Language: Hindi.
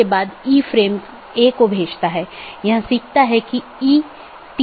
इसलिए बहुत से पारगमन ट्रैफ़िक का मतलब है कि आप पूरे सिस्टम को ओवरलोड कर रहे हैं